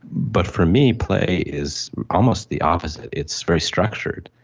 but for me, play is almost the opposite, it's very structured,